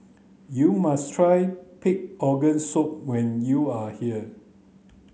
you must try pig' organ soup when you are here